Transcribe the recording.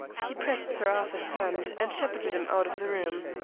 he pressed sir arthur's hand, and shepherded him out of the room.